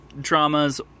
dramas